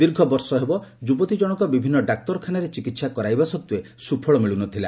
ଦୀର୍ଘବର୍ଷ ହେଲା ଯୁବତୀ ଜଶକ ବିଭିନ୍ ଡାକ୍ତରଖାନାରେ ଚିକିହା କରାଇବା ସତ୍ତ୍ୱେ ସୁଫଳ ମିଳୁ ନ ଥିଲା